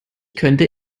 könnte